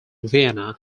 vienna